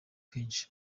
kenshi